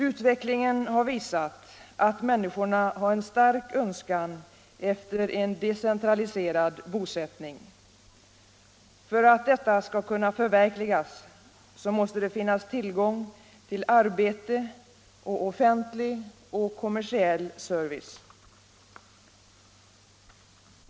Utvecklingen har visat att människorna har en stark önskan efter en decentraliserad bosättning. För att denna önskan skall kunna förverkligas måste det finnas tillgång till arbete och offentlig och kommersiell service.